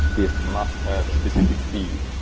this must have a specific feed,